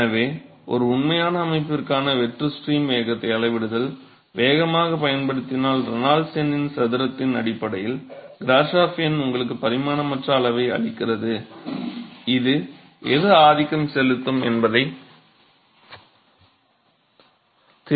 எனவே ஒரு உண்மையான அமைப்பிற்கான வெற்று ஸ்ட்ரீம் வேகத்தை அளவிடுதல் வேகமாகப் பயன்படுத்தினால் ரேனால்ட்ஸ் எண்ணின் சதுரத்தின் அடிப்படையில் கிராஷோஃப் எண் உங்களுக்கு பரிமாணமற்ற அளவை அளிக்கிறது இது எது ஆதிக்கம் செலுத்தும் என்பதை தீர்மானிக்கப் பயன்படும்